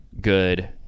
good